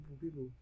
people